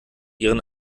ihren